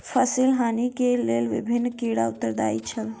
फसिल हानि के लेल विभिन्न कीड़ा उत्तरदायी छल